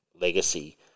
legacy